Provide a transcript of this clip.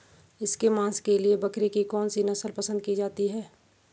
इसके मांस के लिए बकरी की कौन सी नस्ल पसंद की जाती है?